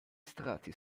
strati